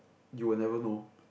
you will never know